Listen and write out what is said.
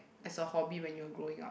as a hobby when you were growing up